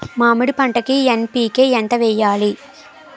మామిడి పంటకి ఎన్.పీ.కే ఎంత వెయ్యాలి?